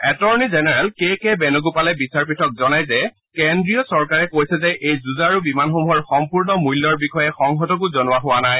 attorney general K K বেণুগোপালে বিচাৰপীঠক জনাই যে কেন্দ্ৰীয় চৰকাৰে কৈছে যে এই যুঁজাৰু বিমানসমূহৰ সম্পূৰ্ণ মূল্যৰ বিষয়ে সংসদকো জনোৱা হোৱা নাই